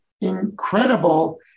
incredible